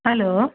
hello